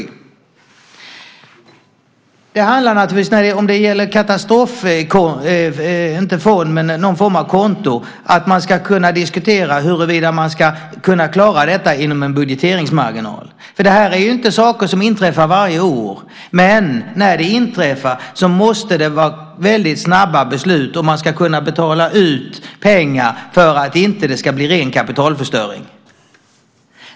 När det gäller någon form av konto handlar det naturligtvis om att man ska kunna diskutera huruvida man ska kunna klara detta inom en budgeteringsmarginal. Det här är ju inte saker som inträffar varje år, men när det inträffar så måste det vara väldigt snabba beslut om man ska kunna betala ut pengar för att det inte ska bli ren kapitalförstöring.